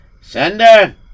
Sender